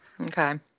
okay